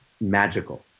magical